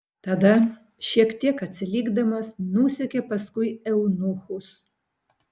tada šiek tiek atsilikdamas nusekė paskui eunuchus